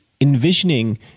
envisioning